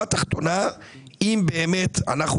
אם באמת אנחנו